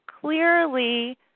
clearly